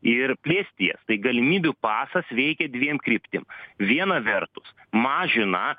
ir plėsti tai galimybių pasas veikia dviem kryptim viena vertus mažina